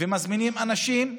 ומזמינים אנשים,